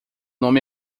nome